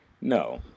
no